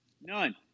None